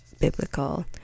biblical